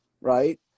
right